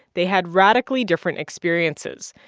they had radically different experiences,